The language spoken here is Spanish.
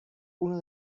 uno